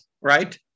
right